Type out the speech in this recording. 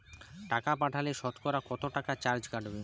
টাকা পাঠালে সতকরা কত টাকা চার্জ কাটবে?